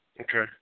Okay